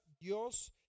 Dios